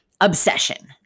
obsession